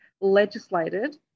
legislated